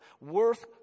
worth